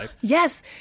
Yes